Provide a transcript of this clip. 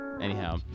anyhow